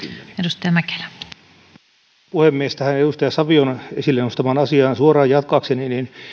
arvoisa puhemies tähän edustaja savion esille nostamaan asiaan suoraan jatkaakseni